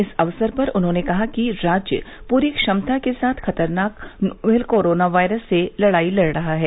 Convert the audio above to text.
इस अवसर पर उन्होंने कहा कि राज्य पूरी क्षमता के साथ खतरनाक नोवेल कोरोना वायरस से लड़ाई लड़ रहा है